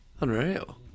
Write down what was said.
unreal